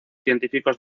científicos